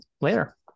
later